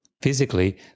physically